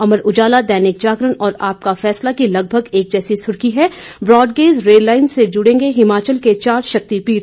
अमर उजाला दैनिक जागरण और आपका फैसला की लगभग एक जैसी सुर्खी है ब्रॉडगेज रेललाइन से जुडेंगे हिमाचल के चार शक्तिपीठ